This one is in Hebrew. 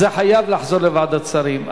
זה חייב לחזור לוועדת שרים.